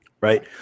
Right